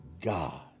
God